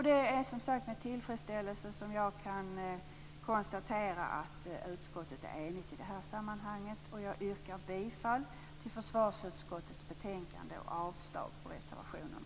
Det är med tillfredsställelse som jag kan konstatera att utskottet är enigt om detta ställningstagande. Jag yrkar bifall till försvarsutskottets hemställan i betänkandet och avslag på reservationerna.